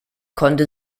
konnte